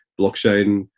blockchain